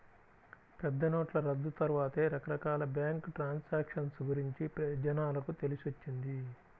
పెద్దనోట్ల రద్దు తర్వాతే రకరకాల బ్యేంకు ట్రాన్సాక్షన్ గురించి జనాలకు తెలిసొచ్చింది